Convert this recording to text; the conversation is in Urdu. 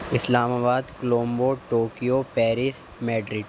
اسلام آباد کولمبو ٹوکیو پیرس میڈریڈ